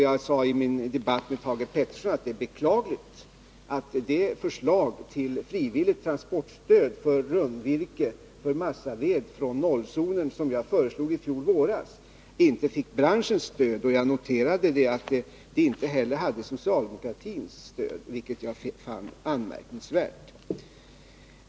Jag sade i min debatt med Thage Peterson att det är beklagligt att det förslag till frivilligt transportstöd för massaved och sågverksflis från 0-zonerna som jag lade fram i fjol vår inte fick branschens stöd. Jag noterade att det inte heller hade socialdemokratins stöd, vilket jag fann anmärkningsvärt.